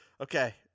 okay